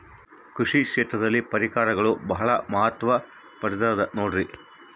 ಕೃಷಿ ಕ್ಷೇತ್ರದಲ್ಲಿ ಪರಿಕರಗಳು ಬಹಳ ಮಹತ್ವ ಪಡೆದ ನೋಡ್ರಿ?